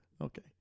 Okay